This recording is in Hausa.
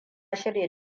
shirya